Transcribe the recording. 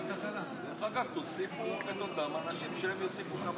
48 בעד ההסתייגות, 63 נגד ההסתייגות,